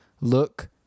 look